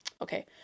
Okay